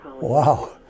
Wow